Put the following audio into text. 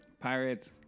Pirates